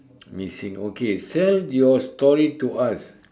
missing okay sell your story to us